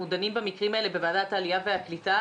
דנים במקרים האלה בוועדת העלייה והקליטה,